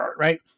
Right